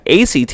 ACT